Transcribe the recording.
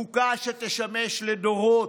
חוקה שתשמש לדורות,